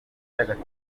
gatatu